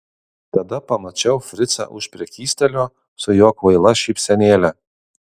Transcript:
tada pamačiau fricą už prekystalio su jo kvaila šypsenėle